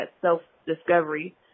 self-discovery